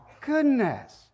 goodness